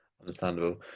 understandable